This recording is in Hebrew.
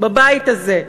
בבית הזה.